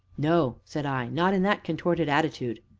no, said i, not in that contorted attitude.